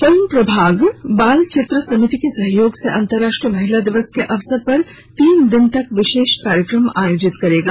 film प्रभाग बाल चित्र समिति के सहयोग से अंतर्राष्ट्रीय महिला दिवस के अवसर पर तीन दिन तक विशेष कार्यक्रम आयोजित करेगा